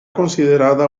considerada